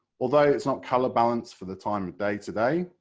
although it's not colour balanced for the time of day today,